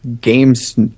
games